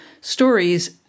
stories